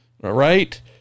Right